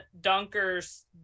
Dunker's